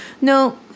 no